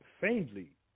faintly